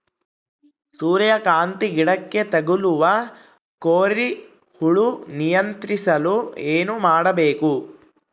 ಸೂರ್ಯಕಾಂತಿ ಗಿಡಕ್ಕೆ ತಗುಲುವ ಕೋರಿ ಹುಳು ನಿಯಂತ್ರಿಸಲು ಏನು ಮಾಡಬೇಕು?